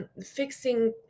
Fixing